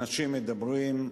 אנשים מדברים,